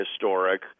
historic